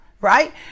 right